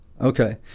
Okay